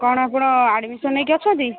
କ'ଣ ଆପଣ ଆଡମିଶନ୍ ହୋଇକି ଅଛନ୍ତି